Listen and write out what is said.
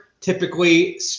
Typically